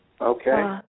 Okay